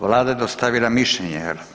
Vlada je dostavila mišljenje.